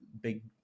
big